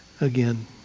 again